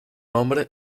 nombre